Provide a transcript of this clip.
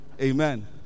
Amen